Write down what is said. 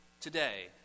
today